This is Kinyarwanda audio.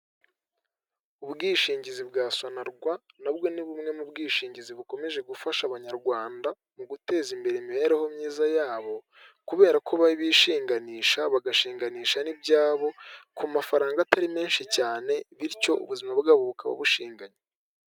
Ubwishingizi bwa Sonarwa nabwo ni bumwe mu bwishingizi bukomeje gufasha abanyarwanda mu guteza imbere imibereho myiza yabo, kubera ko ba bishinganisha bagashinganisha n'ibyabo ku mafaranga atari menshi cyane bityo ubuzima bwabo bukaba bushinganye.